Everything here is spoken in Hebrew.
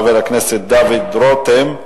חבר הכנסת דוד רותם,